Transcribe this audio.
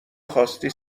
خواستی